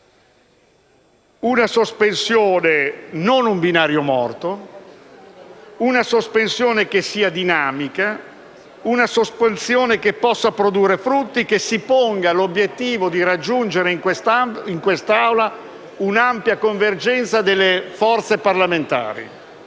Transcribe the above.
Una sospensione, non un binario morto; una sospensione che sia dinamica, che possa produrre frutti e si ponga l'obiettivo di raggiungere in quest'Assemblea un'ampia convergenza delle forze parlamentari.